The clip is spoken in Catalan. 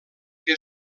que